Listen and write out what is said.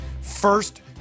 first